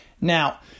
Now